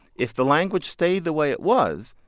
if the language stayed the way it was,